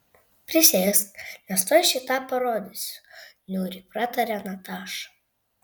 prisėsk nes tuoj šį tą parodysiu niūriai pratarė nataša